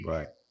Right